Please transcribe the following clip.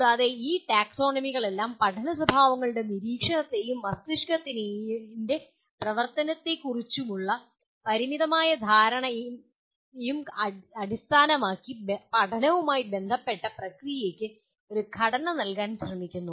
കൂടാതെ ഈ ടാക്സോണമികളെല്ലാം പഠന സ്വഭാവങ്ങളുടെ നിരീക്ഷണത്തെയും മസ്തിഷ്കത്തിന്റെ പ്രവർത്തനത്തെക്കുറിച്ചുള്ള പരിമിതമായ ധാരണയെയും അടിസ്ഥാനമാക്കി പഠനവുമായി ബന്ധപ്പെട്ട പ്രക്രിയയ്ക്ക് ഒരു ഘടന നൽകാൻ ശ്രമിക്കുന്നു